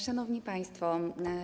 Szanowni Państwo!